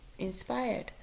inspired